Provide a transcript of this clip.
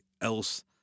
else